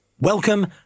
Welcome